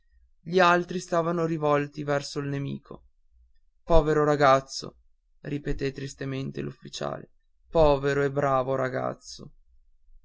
gli altri stavan rivolti verso il nemico povero ragazzo ripeté tristemente l'ufficiale povero e bravo ragazzo